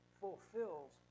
fulfills